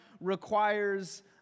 requires